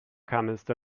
comest